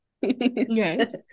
yes